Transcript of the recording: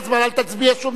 אל תצביע שום דבר.